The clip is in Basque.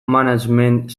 management